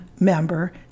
member